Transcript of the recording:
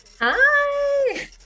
Hi